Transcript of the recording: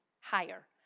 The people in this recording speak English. higher